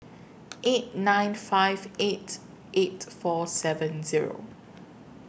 eight nine five eight eight four seven Zero